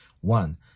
One